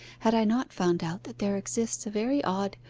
had i not found out that there exists a very odd,